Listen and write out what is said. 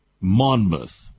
Monmouth